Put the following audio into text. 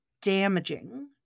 damaging